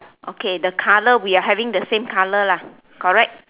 okay the colour we are having the same colour lah correct